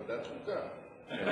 בעד, לוועדת החינוך, נגד,